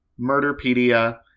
Murderpedia